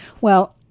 Well-